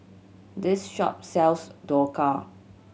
this shop sells Dhokla